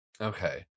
okay